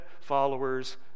followers